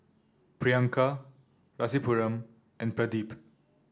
Priyanka Rasipuram and Pradip